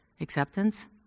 acceptance